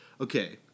okay